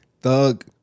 Thug